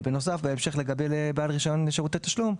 בנוסף, לגבי בעל רישיון לשירותי תשלום,